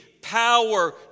power